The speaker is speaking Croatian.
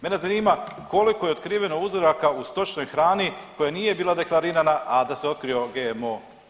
Mene zanima koliko je otkriveno uzoraka u stočnoj hrani koja nije bila deklarirana, a da se otkrio GMO uzorak?